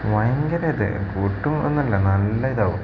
ഭയങ്കര ഇത് പൊട്ടും എന്നല്ല നല്ല ഇതാവും